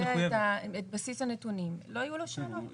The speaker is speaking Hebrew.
אם הציבור יודע את בסיס הנתונים לא יהיו לו שאלות.